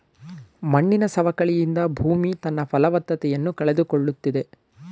ಮಣ್ಣಿನ ಸವಕಳಿಯಿಂದ ಭೂಮಿ ತನ್ನ ಫಲವತ್ತತೆಯನ್ನು ಕಳೆದುಕೊಳ್ಳುತ್ತಿದೆ